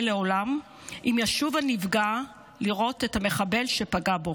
לעולם אם ישוב הנפגע לראות את המחבל שפגע בו.